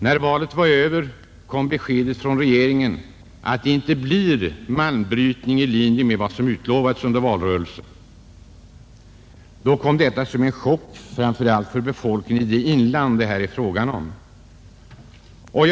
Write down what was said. När valet var över och beskedet lämnades från regeringen att det inte blir malmbrytning i linje med vad som utlovats under valrörelsen, kom detta som en chock främst för befolkningen i det inland det här är fråga om.